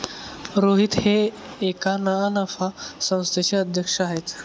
रोहित हे एका ना नफा संस्थेचे अध्यक्ष आहेत